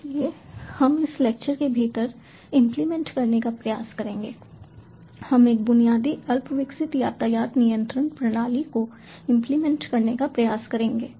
इसलिए हम इस लेक्चर के भीतर इंप्लीमेंट करने का प्रयास करेंगे हम एक बुनियादी अल्पविकसित यातायात नियंत्रण प्रणाली को इंप्लीमेंट करने का प्रयास करेंगे